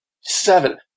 seven